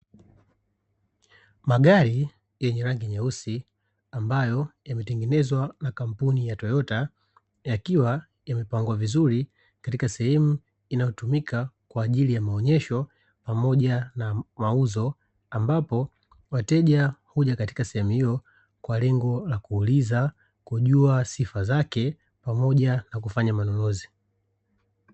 Magari yenye rangi nyeusi, ambayo yametengenezwa na kampuni ya "Toyota", yakiwa yamepangwa vizuri katika sehemu inayotumika kwa ajili ya maonesho pamoja na mauzo. Ambapo wateja huja katika sehemu hiyo kwa lengo la kuuliza, kujua sifa zake, pamoja na kufanya manunuzi.